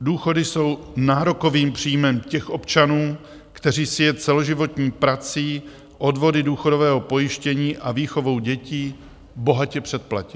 Důchody jsou nárokových příjmem těch občanů, kteří si je celoživotní prací, odvody důchodového pojištění a výchovou dětí, bohatě předplatili.